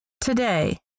today